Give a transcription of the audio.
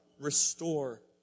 restore